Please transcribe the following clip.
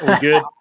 Good